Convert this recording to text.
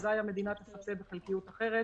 אזי המדינה תפצה בחלקיות אחרת